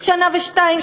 שנה ושניים,